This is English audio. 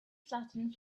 flattened